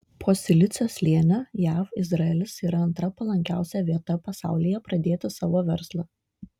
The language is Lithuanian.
po silicio slėnio jav izraelis yra antra palankiausia vieta pasaulyje pradėti savo verslą